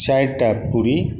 चारिटा पूरी